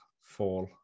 fall